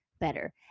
better